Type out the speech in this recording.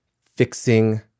fixing